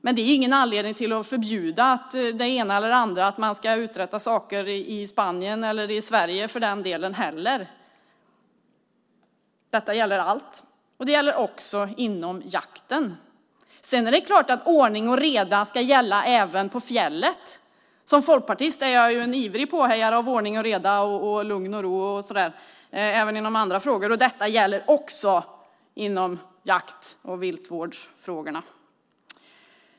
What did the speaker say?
Men det är ingen anledning för att förbjuda att saker och ting uträttas i Spanien eller i Sverige. Detta gäller allt, och det gäller också inom jakten. Det är klart att ordning och reda ska gälla även på fjället. Som folkpartist är jag en ivrig påhejare av ordning och reda och lugn och ro även i fråga om annat. Detta gäller också jakt och viltvårdsfrågorna.